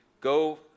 go